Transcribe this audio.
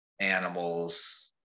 animals